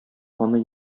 аны